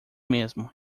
mesmo